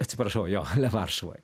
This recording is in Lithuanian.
atsiprašau jo varšuvoj